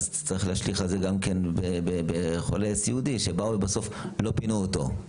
צריך להשליך את זה גם על חולה סיעודי שבסוף לא פינו אותו,